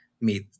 meet